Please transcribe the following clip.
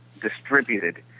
distributed